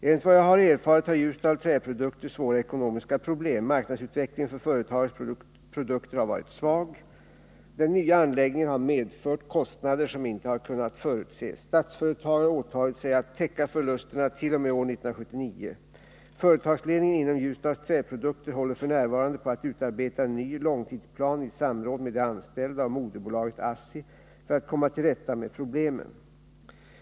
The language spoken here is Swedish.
Enligt vad jag har erfarit har Ljusdals Träprodukter svåra ekonomiska problem. Marknadsutvecklingen för företagets produkter har varit svag. Den nya anläggningen har medfört kostnader som inte har kunnat förutses. Statsföretag har åtagit sig att täcka förlusterna t.o.m. år 1979. Företagsled att utvidga verk ningen inom Ljusdals Träprodukter håller f.n. på att utarbeta en ny långtidsplan i samråd med de anställda och moderbolaget ASSI för att komma till rätta med problemen.